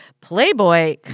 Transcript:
Playboy